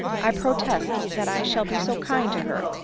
i protest that i shall be so kind to her,